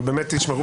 אבל באמת תשמרו,